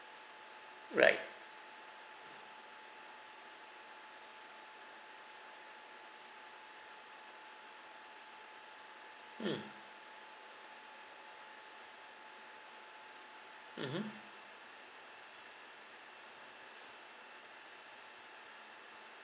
right mm mmhmm